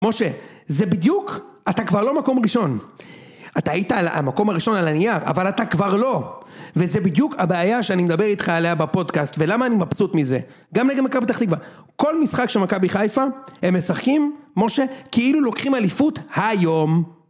משה, זה בדיוק, אתה כבר לא מקום ראשון. אתה היית המקום הראשון על הנייר, אבל אתה כבר לא. וזה בדיוק הבעיה שאני מדבר איתך עליה בפודקאסט, ולמה אני מבסוט מזה? גם לגבי מכבי פתח תקווה. כל משחק שמכבי חיפה, הם משחקים, משה, כאילו לוקחים אליפות היום.